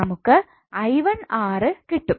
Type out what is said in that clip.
നമുക്ക് 𝑖1𝑅 കിട്ടും